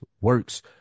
works